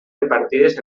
repartides